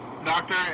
Doctor